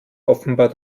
offenbar